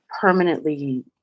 permanently